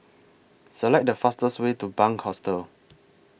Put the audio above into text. Select The fastest Way to Bunc Hostel